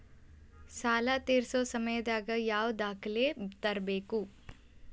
ಸಾಲಾ ತೇರ್ಸೋ ಸಮಯದಾಗ ಯಾವ ದಾಖಲೆ ತರ್ಬೇಕು?